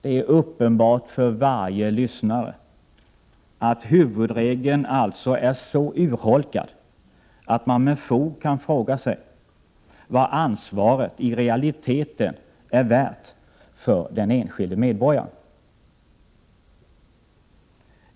Det är uppenbart för varje lyssnare att huvudregeln är så urholkad att man med fog kan fråga sig vad ansvaret i realiteten är värt för den enskilde medborgaren.